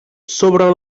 sobre